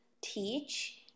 teach